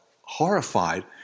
horrified